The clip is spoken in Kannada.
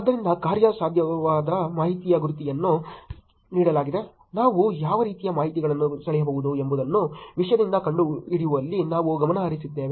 ಆದ್ದರಿಂದ ಕಾರ್ಯಸಾಧ್ಯವಾದ ಮಾಹಿತಿಯ ಗುರಿಯನ್ನು ನೀಡಲಾಗಿದೆ ನಾವು ಯಾವ ರೀತಿಯ ಮಾಹಿತಿಯನ್ನು ಸೆಳೆಯಬಹುದು ಎಂಬುದನ್ನು ವಿಷಯದಿಂದ ಕಂಡುಹಿಡಿಯುವಲ್ಲಿ ನಾವು ಗಮನಹರಿಸಿದ್ದೇವೆ